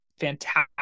Fantastic